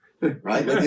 right